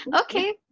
okay